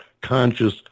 conscious